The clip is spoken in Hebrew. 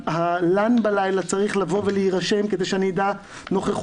והלן בלילה צריך לבוא ולהירשם כדי שאני אדע נוכחות,